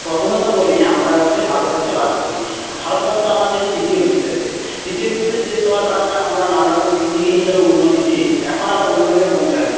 প্রথমত বলি আমরা হচ্ছে ভারতবর্ষে বাস করি ভারতবর্ষ আমাদের তৃতীয় বিশ্বের দেশ তৃতীয় বিশ্বের দেশ হওয়ার কারণে আমরা নানা রকম দিক থেকে এই সবে উন্নতিশীল এখন আমরা উন্নয়নে পৌঁছাইনি